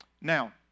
Now